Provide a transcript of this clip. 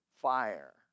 fire